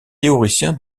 théoricien